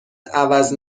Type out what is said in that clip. عوض